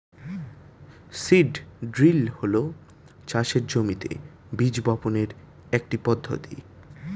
seed drill হল চাষের জমিতে বীজ বপনের একটি পদ্ধতি